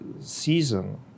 season